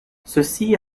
ceci